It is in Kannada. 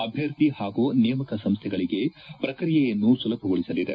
ಅಭ್ಣರ್ಥಿ ಹಾಗೂ ನೇಮಕ ಸಂಸ್ವೆಗಳಿಗೆ ಪ್ರಕ್ರಿಯೆಯನ್ನು ಸುಲಭಗೊಳಿಸಲಿದೆ